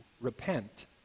repent